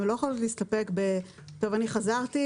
הן לא יכולות להסתפק ולומר: אני חזרתי,